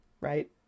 right